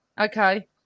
Okay